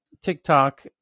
TikTok